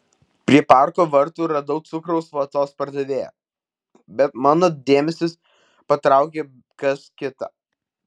prie parko vartų radau cukraus vatos pardavėją bet mano dėmesį patraukė kas kita